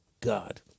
God